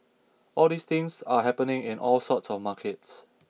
all these things are happening in all sorts of markets